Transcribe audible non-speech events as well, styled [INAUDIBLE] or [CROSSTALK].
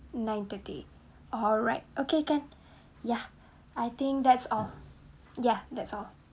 nine-thirty alright okay can [BREATH] ya I think that's all ya that's all